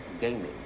gaming